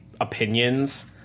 opinions